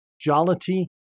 jollity